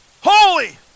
holy